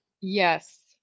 Yes